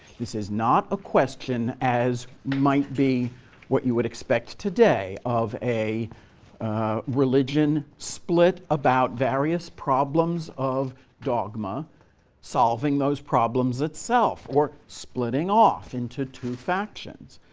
this is not a question as might be what you would expect today of a religion split about various problems of dogma solving those problems itself or splitting off into two factions.